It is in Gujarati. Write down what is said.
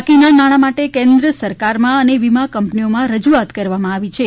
બાકીના નાણાં માટે કેન્દ્ર સરકારમાં અને વીમા કંપનીઓમાં રજુઆત કરવામાં આવી છે